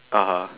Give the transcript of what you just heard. (uh huh)